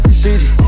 city